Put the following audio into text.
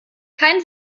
kein